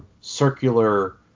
circular